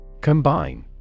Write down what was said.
Combine